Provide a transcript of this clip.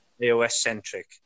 AOS-centric